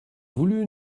voulu